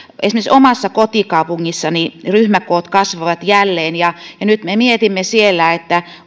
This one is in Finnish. esimerkiksi omassa kotikaupungissani ryhmäkoot kasvoivat jälleen nyt me mietimme siellä